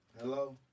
Hello